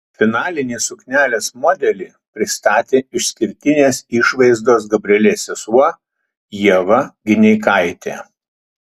finalinį suknelės modelį pristatė išskirtinės išvaizdos gabrielės sesuo ieva gineikaitė